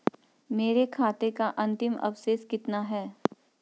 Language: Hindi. मेरे खाते का अंतिम अवशेष कितना है?